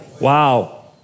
wow